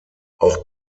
auch